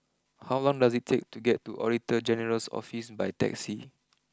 how long does it take to get to Auditor General's Office by taxi